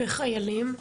וחיילים?